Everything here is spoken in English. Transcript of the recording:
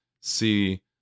See